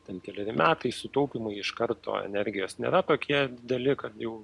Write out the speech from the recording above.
ten keleri metai sutaupymai iš karto energijos nėra tokie dideli kad jau